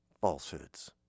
falsehoods